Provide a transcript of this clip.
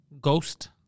Ghost